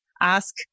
ask